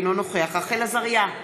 אינו נוכח רחל עזריה,